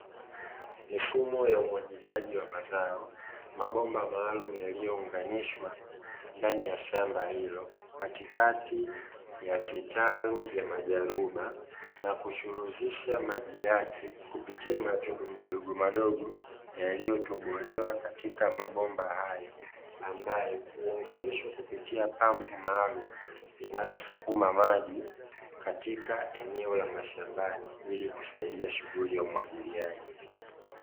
Mifumo ya umwagiliaji wa mazao, mabomba maalumu yaliyounganishwa ndani ya shamba ilo katikati ya vitalu vya majaruba, na kuchuruzisha maji yake kupitia matundu madogomadogo yaliyotobolewa katika mabomba hayo, ambayo huunganishwa kupitia pampu maalumu inayosukuma maji katika eneo la mashambani ili kusaidia shughuli ya umwagiliaji.